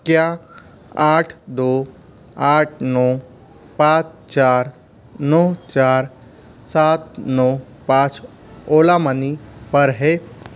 क्या आठ दो आठ नौ पाँच चार नौ चार सात नौ पाँच ओला मनी पर है